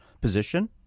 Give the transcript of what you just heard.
position